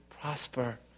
prosper